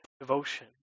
devotion